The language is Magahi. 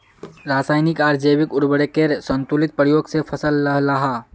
राशयानिक आर जैविक उर्वरकेर संतुलित प्रयोग से फसल लहलहा